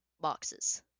boxes